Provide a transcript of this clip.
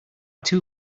two